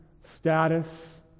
status